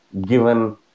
given